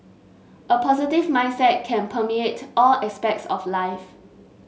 a positive mindset can permeate all aspects of life